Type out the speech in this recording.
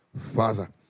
father